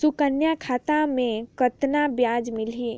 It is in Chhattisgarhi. सुकन्या खाता मे कतना ब्याज मिलही?